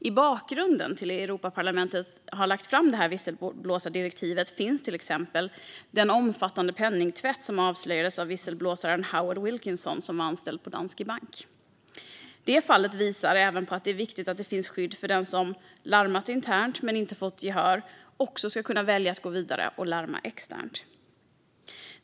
I bakgrunden till att Europaparlamentet lagt fram visselblåsardirektivet finns till exempel den omfattande penningtvätt som avslöjades av visselblåsaren Howard Wilkinson, som var anställd på Danske Bank. Det fallet visar även på att det är viktigt att det finns skydd som gör att den som larmat internt men inte fått gehör ska kunna välja att gå vidare och larma externt.